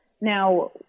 Now